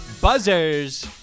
buzzers